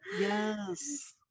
Yes